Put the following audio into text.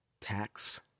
tax